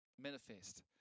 manifest